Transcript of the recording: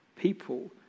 people